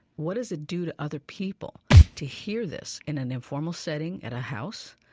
what does it do to other people to hear this in an informal setting, at a house,